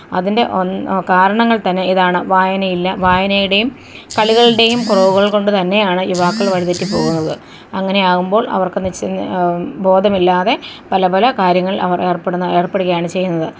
അതിൻ്റെ ഒൻ കാരണങ്ങൾത്തന്നെ ഇതാണ് വായനയില്ല വായനയുടേയും കളികളുടെയും കുറവുകൾ കൊണ്ട് തന്നെയാണ് യുവാക്കൾ വഴിതെറ്റി പോകുന്നത് അങ്ങനെയാകുമ്പോൾ അവർക്ക് നിശ്ച് ബോധമില്ലാതെ പലപല കാര്യങ്ങൾ അവർ ഏർപ്പെടുന്ന ഏർപ്പെടുകയാണ് ചെയ്യുന്നത്